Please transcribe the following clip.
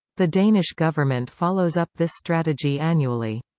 the danish government follows up this strategy annually.